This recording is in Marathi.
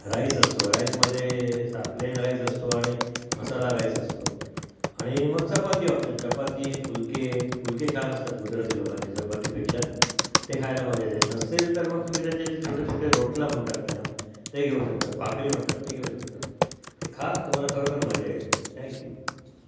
राईस असतो राईसमध्ये असा प्लेन राईस असतो आणि मसाला राईस असतो आणि मग चपाती ऑप्शन चपाती फुलके फुलके छान असतात गुजराती लोकांचे चपातीपेक्षा ते खायला मजा येते नसेल तर मग तुम्ही त्यांच्या ते छोटेछोटे रोटला म्हणतात त्यांना ते घेऊ शकतात भाकरी म्हणतात ते घेऊ शकतात ते खा तुम्हाला खरोखर मजा येईल थँक यू